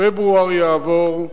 פברואר יעבור,